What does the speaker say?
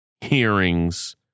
hearings